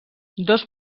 dos